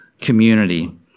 community